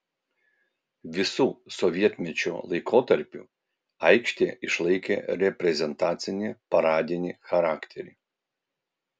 visu sovietmečio laikotarpiu aikštė išlaikė reprezentacinį paradinį charakterį